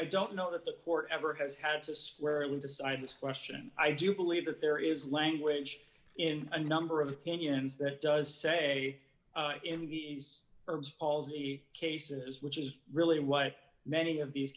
i don't know that the court ever has had to swear him decide this question i do believe that there d is language in a number of opinions that does say in these herbs palsy cases which is really what many of these